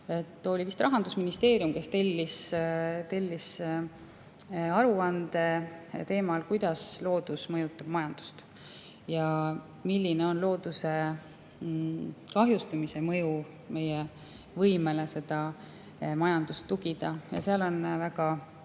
vist rahandusministeerium tellis aruande teemal, kuidas loodus mõjutab majandust ja milline on looduse kahjustamise mõju meie võimele majandust tugida. Seal on välja